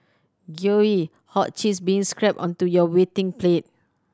gooey hot cheese being scrapped onto your waiting plate